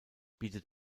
bietet